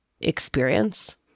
experience